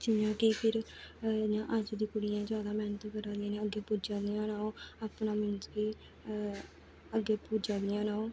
जियां कि फिर जियां अज्ज दियें कुड़ियें गी जैदा मेह्नत कर दियां न अग्गें पुज्जन ओह् अपना मींस कि अग्गें पुज्जा दियां न ओह्